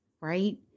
right